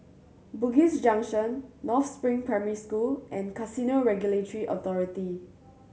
Bugis Junction North Spring Primary School and Casino Regulatory Authority